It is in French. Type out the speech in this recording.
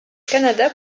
canada